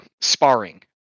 sparring